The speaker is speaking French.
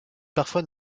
parfois